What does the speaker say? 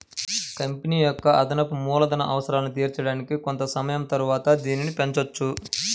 company యొక్క అదనపు మూలధన అవసరాలను తీర్చడానికి కొంత సమయం తరువాత దీనిని పెంచొచ్చు